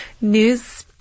news